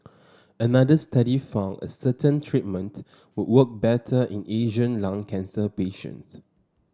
another study found a certain treatment work better in Asian lung cancer patients